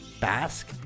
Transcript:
Basque